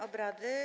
obrady.